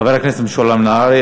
חבר הכנסת משולם נהרי.